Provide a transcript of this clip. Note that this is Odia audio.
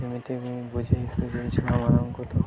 ଏମିତି ମୁଁ ବୁଝାଇ ସୁଝାଇ ସେମାନଙ୍କୁ ତ